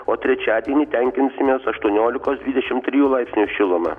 o trečiadienį tenkinsimės aštuoniolikos dvidešimt trijų laipsnių šiluma